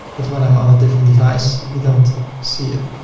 but when i'm on a different device, you don't see it.